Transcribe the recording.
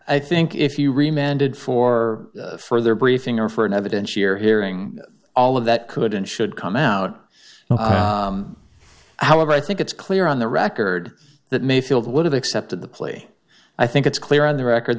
i think if you re mended for further briefing or for an evidentiary hearing all of that could and should come out however i think it's clear on the record that mayfield would have accepted the plea i think it's clear on the record